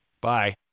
Bye